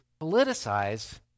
politicize